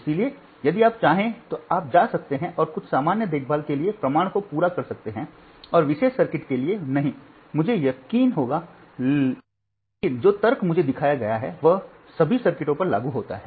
इसलिए यदि आप चाहें तो आप जा सकते हैं और कुछ सामान्य देखभाल के लिए प्रमाण को पूरा कर सकते हैं और विशेष सर्किट के लिए नहीं मुझे यकीन होगा लेकिन जो तर्क मुझे दिखाया गया है वह सभी सर्किटों पर लागू होता है